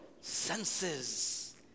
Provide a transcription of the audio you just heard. senses